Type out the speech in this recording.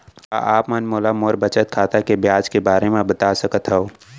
का आप मोला मोर बचत खाता के ब्याज के बारे म बता सकता हव?